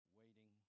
waiting